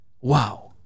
Wow